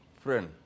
friend